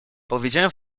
powiedziałem